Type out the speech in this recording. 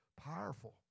powerful